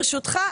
ברשותך,